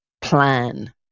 plan